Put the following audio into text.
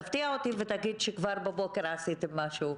תפתיע אותי ותגיד שכבר בבוקר עשיתם משהו.